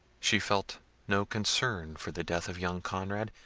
she felt no concern for the death of young conrad,